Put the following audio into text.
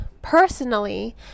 personally